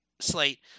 slate